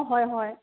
অ' হয় হয়